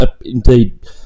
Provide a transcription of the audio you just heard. indeed